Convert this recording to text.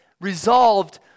resolved